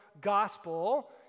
gospel